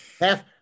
half